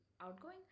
outgoing